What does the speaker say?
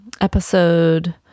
episode